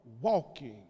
walking